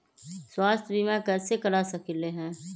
स्वाथ्य बीमा कैसे करा सकीले है?